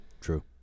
True